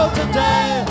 today